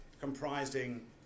comprising